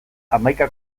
hamaika